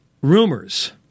rumors